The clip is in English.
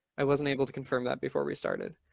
i wasn't able to confirm that before we started.